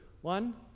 one